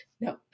no